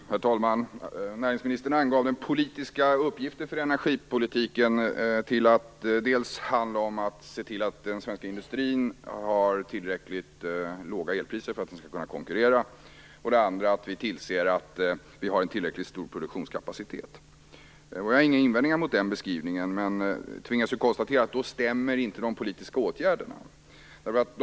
Herr talman! Näringsministern angav att den politiska uppgiften för energipolitiken dels handlar om att se till att den svenska industrin har tillräckligt låga elpriser för att kunna konkurrera, dels handlar om att vi tillser att det finns en tillräckligt stor produktionskapacitet. Jag har inga invändningar mot den beskrivningen. Men jag tvingas konstatera att de politiska åtgärderna i så fall inte stämmer.